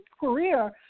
career